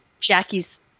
Jackie's